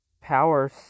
power